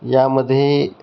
यामध्ये